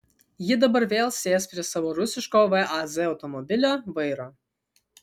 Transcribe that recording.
ji dabar vėl sės prie savo rusiško vaz automobilio vairo